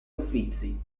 uffizi